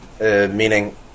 Meaning